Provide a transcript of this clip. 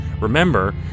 Remember